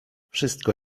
wszystko